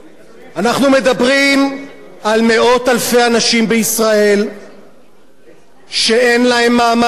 אנחנו מדברים על מאות אלפי אנשים בישראל שאין להם מעמד דתי,